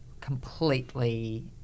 completely